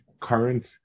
current